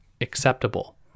acceptable